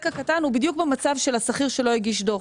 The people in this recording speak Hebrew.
הקטן הוא בדיוק במצב של השכיר שלא הגיש דוח,